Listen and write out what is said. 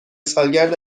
سالگرد